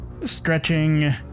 stretching